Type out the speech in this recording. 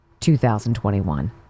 2021